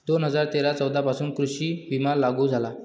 दोन हजार तेरा चौदा पासून कृषी विमा लागू झाला